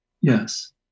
yes